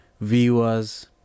viewers